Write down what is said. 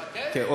תן לי.